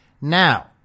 Now